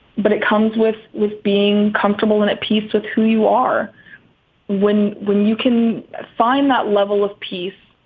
but it comes with with being comfortable and at peace with who you are when when you can find that level of peace